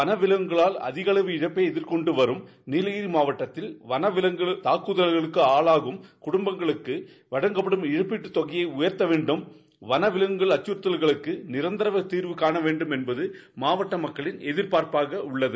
வன விலங்குகளால் அதிகளவு இழப்பை எதிர்கொண்டு வரும் நீலகிரி மாவட்டத்தில் வன விலங்கு துக்குதல்களுக்கு ஆளாகும் குடும்பங்களுக்கு வழங்கப்படும் இழப்பீட்டு தொகையை உயர்த்த வேண்டும் வன விலங்குகள் அச்சறுத்தல்களுக்கு நிரந்தா நீர்வு காண வேண்டும் என்பது மாவட்ட மக்களின் எதிர்பார்ப்பாக உள்ளது